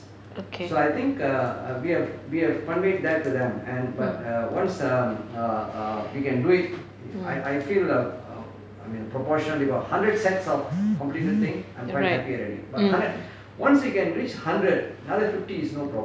okay mm mm right mm